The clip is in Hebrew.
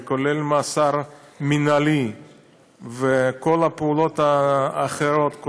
וכולל מאסר מינהלי וכל הפעולות האחרות,